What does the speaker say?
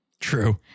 True